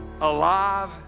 alive